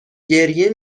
گریه